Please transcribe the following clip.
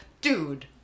dude